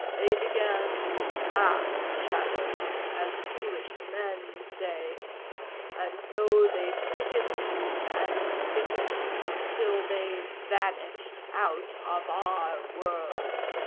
they began to cast shadows, as foolish men say and so they thickened and thickened till they vanished out of our world.